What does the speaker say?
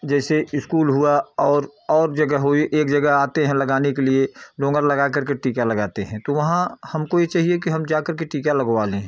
जैसे इस्कूल हुआ और और जगह हुई एक जगह आते हैं लगाने के लिए लगाकर के टीका लगाते हैं तो वहाँ हमको ये चाहिए की हम जा करके टीका लगवा लें